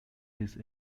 this